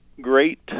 great